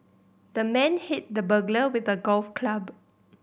the man hit the burglar with a golf club